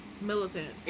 militant